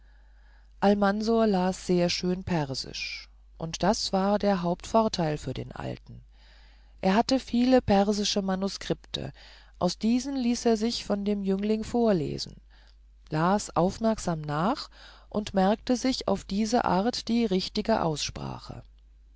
almansor las sehr schön persisch und das war der hauptvorteil für den alten er hatte viele persische manuskripte aus diesen ließ er sich von dem jüngling vorlesen las aufmerksam nach und merkte sich auf diese art die richtige aussprache